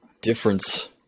difference